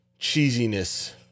cheesiness